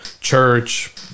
church